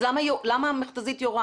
אז למה המכת"זית יורה?